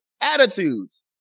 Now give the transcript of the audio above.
attitudes